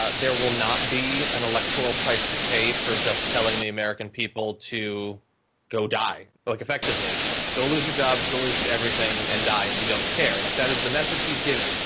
ah there will not be an electoral price to pay for just telling the american people to go die. like effectively go lose your jobs, go lose everything, and die. and we don't care. like that is the message he is giving.